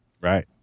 Right